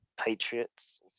Patriots